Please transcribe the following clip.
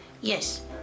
Yes